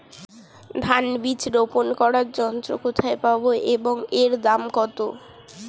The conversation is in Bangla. ধান বীজ রোপন করার যন্ত্র কোথায় পাব এবং এর দাম কত?